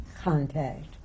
contact